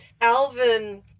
Alvin